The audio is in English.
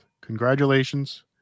congratulations